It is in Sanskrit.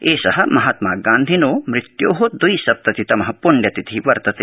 एषः महात्मागान्धिनो मृत्योः द्विसप्नति तमः पृण्यतिथिः वर्तते